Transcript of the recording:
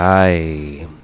Hi